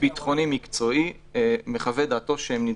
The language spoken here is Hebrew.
גורם ביטחוני מקצועי מחווה דעתו שזה נדרש.